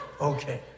okay